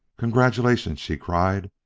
congratulations! she cried,